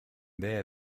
there